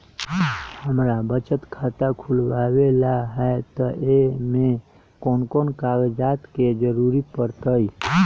हमरा बचत खाता खुलावेला है त ए में कौन कौन कागजात के जरूरी परतई?